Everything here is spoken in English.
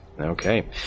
Okay